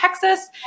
Texas